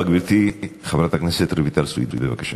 החלטנו לרוץ עד שניתקל בקיר.